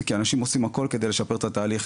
אלא זה כי אנשים עושים הכול כדי לשפר את התהליך,